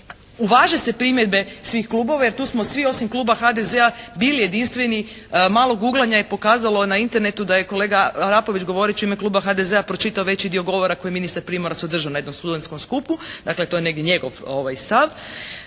uvaže se primjedbe svih klubova jer tu smo svi osim kluba HDZ-a bili jedinstveni. Malo guglanja je pokazalo na Internetu da je kolega Arapović govoreći u ime kluba HDZ-a pročitao veći dio govora koji je ministar Primorac održao na jednom studentskom skupu. Dakle, to je negdje njegov stav